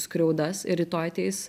skriaudas ir rytoj ateis